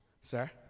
sir